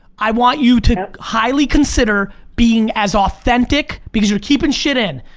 i want you to highly consider being as authentic because you're keeping shit in,